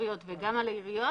בחירת נציג ציבור בוועדת בחירה,